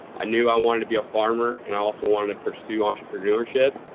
i knew i wanted to be a farmer, and i also wanted to pursue entrepreneurship,